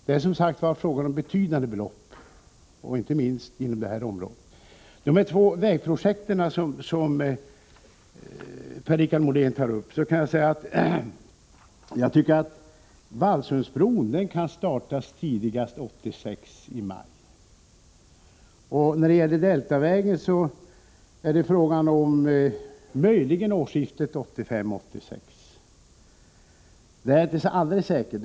Det är alltså fråga om betydande belopp, inte minst inom detta område. När det gäller de två vägprojekt som Per-Richard Molén tar upp kan jag säga att byggandet av Vallsundsbron kan startas tidigast i maj 1986 och Deltavägen möjligen vid årsskiftet 1985-1986.